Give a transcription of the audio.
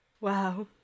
Wow